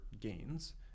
gains